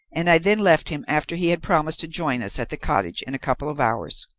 and i then left him after he had promised to join us at the cottage in a couple of hours.